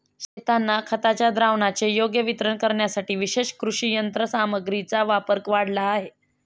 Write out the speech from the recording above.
शेतांना खताच्या द्रावणाचे योग्य वितरण करण्यासाठी विशेष कृषी यंत्रसामग्रीचा वापर वाढला आहे